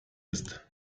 ist